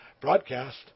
broadcast